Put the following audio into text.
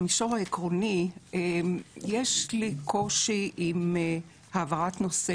במישור העקרוני יש לי קושי עם העברת נושא